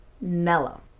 mellow